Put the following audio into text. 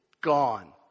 gone